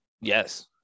Yes